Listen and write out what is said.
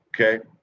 Okay